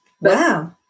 wow